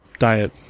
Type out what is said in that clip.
diet